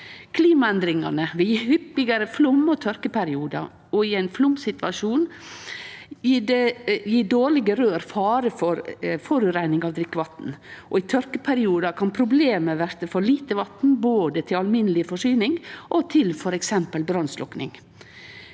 Klimaendringane vil gje hyppigare flom- og tørkeperiodar, og i ein flomsituasjon gjev dårlege røyr fare for forureining av drikkevatn. I tørkeperiode kan problemet verte for lite vatn, både til alminneleg forsyning og til f.eks. brannslokking.